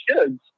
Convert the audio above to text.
kids